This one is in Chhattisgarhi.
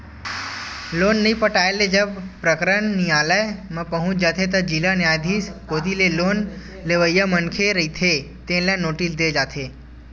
लोन नइ पटाए ले जब प्रकरन नियालय म पहुंच जाथे त जिला न्यायधीस कोती ले लोन लेवइया मनखे रहिथे तेन ल नोटिस दे जाथे